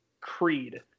creed